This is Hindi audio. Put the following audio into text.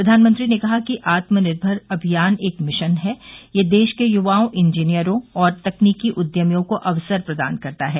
प्रधानमंत्री ने कहा कि आत्मनिर्भर अभियान एक मिशन है यह देश के युवाओं इंजीनियरों और तकनीकी उद्यमियों को अवसर प्रदान करता है